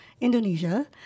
Indonesia